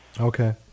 Okay